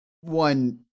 one